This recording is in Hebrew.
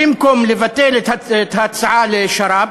במקום לבטל את ההצעה על השר"פ,